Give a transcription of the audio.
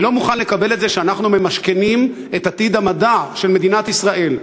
אני לא מוכן לקבל את זה שאנחנו ממשכנים את עתיד המדע של מדינת ישראל,